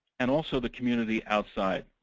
and also the community outside,